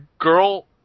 girl